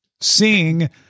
Seeing